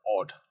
odd